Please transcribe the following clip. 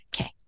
Okay